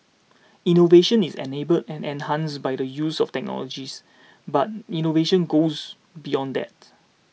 innovation is enabled and enhanced by the use of technologies but innovation goes beyond that